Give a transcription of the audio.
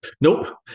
Nope